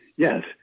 Yes